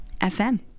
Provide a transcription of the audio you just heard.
FM